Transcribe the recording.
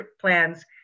plans